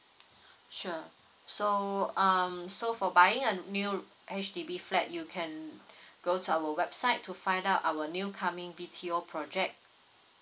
sure so um so for buying a new H_D_B flat you can go to our website to find out our new coming B_T_O project